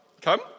come